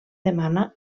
demana